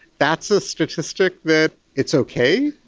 that's a statistic that, it's okay,